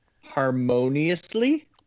harmoniously